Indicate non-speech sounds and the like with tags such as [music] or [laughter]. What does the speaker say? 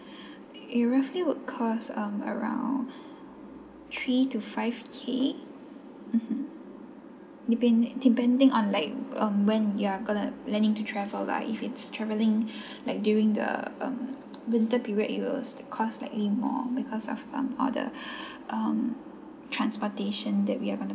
[breath] it roughly would cost um around [breath] three to five K mmhmm depend~ depending on like um when you're gonna planning to travel like if it's traveling [breath] like during the um winter period it will cost likely more because of um all the [breath] um transportation that we are gonna